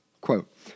quote